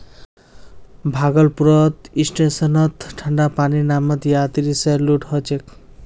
भागलपुर स्टेशनत ठंडा पानीर नामत यात्रि स लूट ह छेक